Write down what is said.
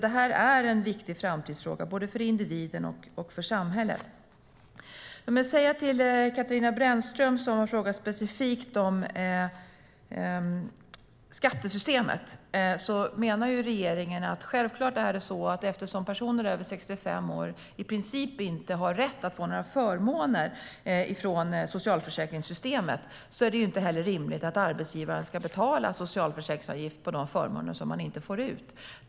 Det här är en viktig framtidsfråga, både för individen och för samhället. Katarina Brännström har frågat specifikt om skattesystemet. Eftersom personer över 65 år i princip inte har rätt att få några förmåner från socialförsäkringssystemet är det självklart inte heller rimligt att arbetsgivaren ska betala socialförsäkringsavgift för de förmåner som man inte får ut, menar regeringen.